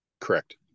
Correct